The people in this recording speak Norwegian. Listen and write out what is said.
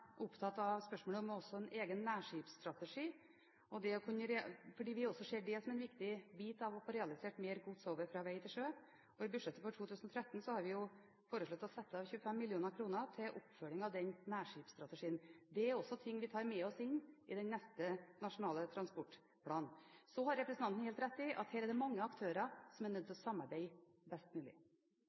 opptatt av spørsmål om en egen nærskipsstrategi, fordi vi også ser dét som en viktig bit av å få realisert mer gods over fra vei til sjø. I budsjettet for 2013 har vi foreslått å sette av 25 mill. kr til oppfølging av den nærskipsstrategien. Det er også ting vi tar med oss inn i neste Nasjonal transportplan. Så har representanten helt rett i at her er det mange aktører som er nødt til å samarbeide best mulig.